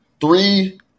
three